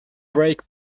brake